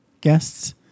guests